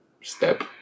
step